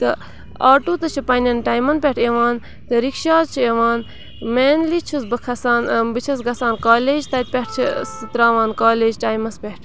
تہٕ آٹوٗ تہِ چھِ پنٛنٮ۪ن ٹایمَن پٮ۪ٹھ یِوان تہٕ رِکشا حظ چھِ یِوان مینلی چھُس بہٕ کھَسان بہٕ چھَس گَژھان کالیج تَتہِ پٮ۪ٹھ چھِ ترٛاوان کالیج ٹایمَس پٮ۪ٹھ